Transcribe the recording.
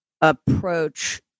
approach